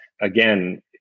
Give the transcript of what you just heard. again